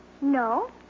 No